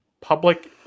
public